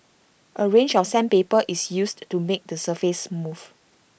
A range of sandpaper is used to make the surface smooth